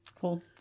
Cool